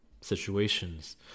situations